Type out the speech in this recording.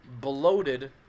bloated